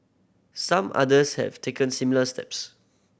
some others have taken similar steps